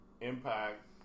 Impact